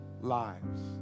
lives